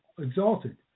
exalted